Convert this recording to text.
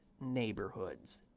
neighborhoods